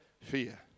fear